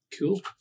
Cool